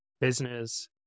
business